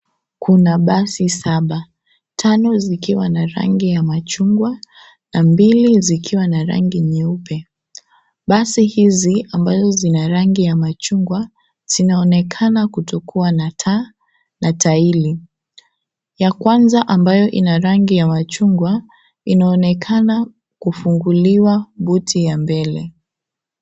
Kuna basi saba, tano zikiwa na rangi ya chungwa na mbili zikiwa na rangi nyeupe. Basi hizi ambazo zina rangi ya machungwa zinaonekana kutokuwa na taa na taili. Ya kwanza ambayo ina rangi ya machungwa inaonekana kufunguliwa buti ya mbele .